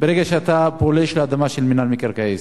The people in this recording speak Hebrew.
ברגע שאתה פולש לאדמה של מינהל מקרקעי ישראל.